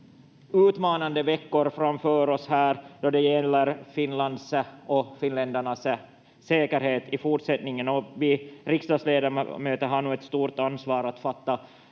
utmanande veckor framför oss då det gäller Finlands och finländarnas säkerhet i fortsättningen, och vi riksdagsledamöter har nu ett stort ansvar att fatta